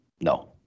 No